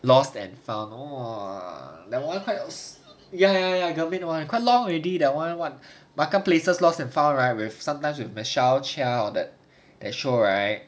lost and found !wah! that [one] quite ya ya ya grummet [one] quite long already that [one] what makan places lost and found right with sometimes with michelle chia all that that show right